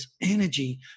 energy